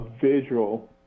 visual